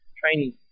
training